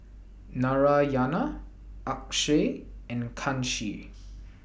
Narayana Akshay and Kanshi